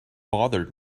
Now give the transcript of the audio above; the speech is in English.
bothered